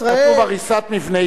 כתוב: הריסת מבני דת.